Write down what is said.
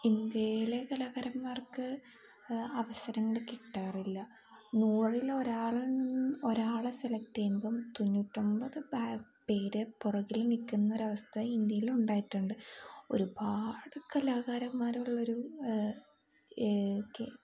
ഇന്ത്യയിലെ കലാകാരന്മാർക്ക് അവസരങ്ങൾ കിട്ടാറില്ല നൂറിൽ ഒരാളിൽ നിന്ന് ഒരാളെ സെലക്ട് ചെയ്യുമ്പം തൊണ്ണൂറ്റൊമ്പത് പേർ പുറകിൽ നിൽക്കുന്നൊരവസ്ഥ ഇന്ത്യയിൽ ഉണ്ടായിട്ടുണ്ട് ഒരുപാട് കലാകാരന്മാരുള്ളൊരു